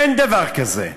אין דבר כזה.